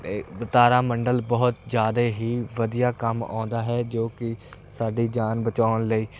ਤਾਰਾ ਮੰਡਲ ਬਹੁਤ ਜ਼ਿਆਦਾ ਹੀ ਵਧੀਆ ਕੰਮ ਆਉਂਦਾ ਹੈ ਜੋ ਕਿ ਸਾਡੀ ਜਾਨ ਬਚਾਉਣ ਲਈ